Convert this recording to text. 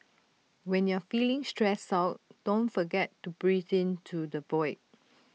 when you are feeling stressed out don't forget to breathe into the void